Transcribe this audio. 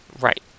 Right